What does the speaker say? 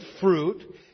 fruit